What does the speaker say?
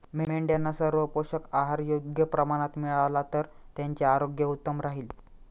मेंढ्यांना सर्व पोषक आहार योग्य प्रमाणात मिळाला तर त्यांचे आरोग्य उत्तम राहील